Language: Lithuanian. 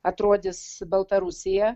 atrodys baltarusija